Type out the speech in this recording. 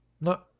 No